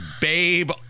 babe